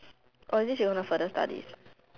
oh is it she want to further studies